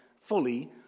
fully